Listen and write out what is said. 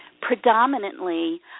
Predominantly